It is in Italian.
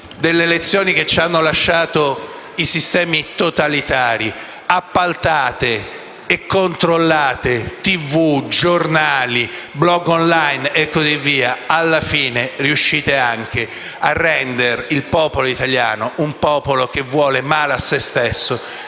delle lezioni che ci hanno lasciato i sistemi totalitari, appaltate e controllate televisioni, giornali*, blog* *online* e così via, alla fine riuscite anche a rendere il popolo italiano un popolo che vuole male a se stesso,